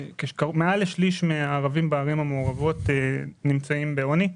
מעל לשליש מהערבים בערים המעורבות נמצאים בעוני,